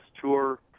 tour